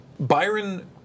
Byron